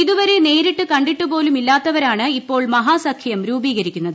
ഇതുവരെ നേരിട്ട് കണ്ടിട്ടുപോലുമില്ലാത്തവരാണ് ഇപ്പോൾ മഹാസഖ്യം രൂപീകരിക്കുന്നത്